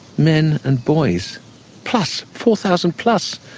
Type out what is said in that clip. men and boys plus four thousand plus.